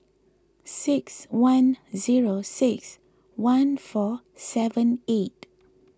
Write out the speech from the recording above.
six one zero six one four seven eight